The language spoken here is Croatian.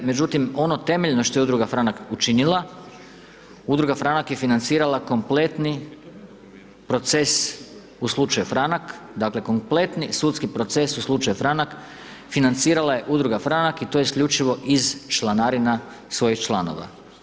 Međutim, ono temeljno što je Udruga Franak učinila, Udruga Franak je financirala kompletni proces u slučaju Franak, dakle, kompletni sudski proces u slučaju Franak financirala je Udruga Franak i to isključivo iz članarina svojih članova.